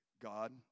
God